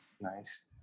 Nice